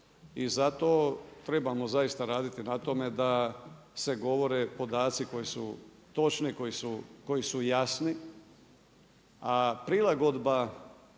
i zato trebamo zaista raditi na tome da se govore podaci koji su točni, koji su jasni, a prilagodba